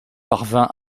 parvint